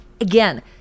again